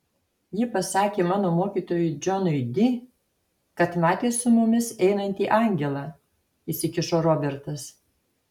ji pasakė mano mokytojui džonui di kad matė su mumis einantį angelą įsikišo robertas